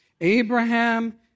Abraham